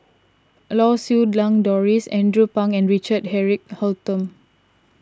Lau Siew Lang Doris Andrew Phang and Richard Eric Holttum